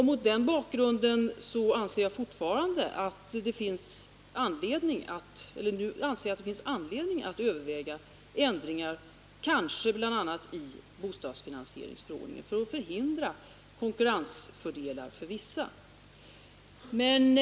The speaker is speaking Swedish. Mot den bakgrunden anser jag att det finns anledning att överväga ändringar i gällande regler, kanske bl.a. i bostadsfinansieringsförordningen, för att förhindra konkurrensfördelar för vissa intressenter.